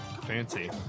Fancy